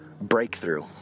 breakthrough